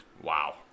Wow